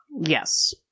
Yes